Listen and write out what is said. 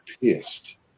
pissed